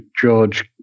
George